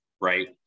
right